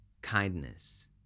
kindness